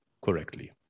correctly